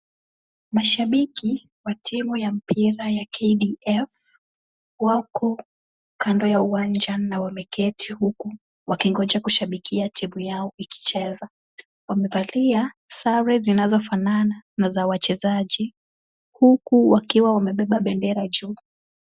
Mashabiki wa timu ya mpira ya KDF wako kando ya uwanja na wameketi huku wakingoja kushabikia timu yao ikicheza ,wamevalia sare zinazofanana na za wachezaji huku wamebeba bendera juu.